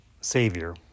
savior